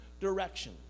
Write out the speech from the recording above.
direction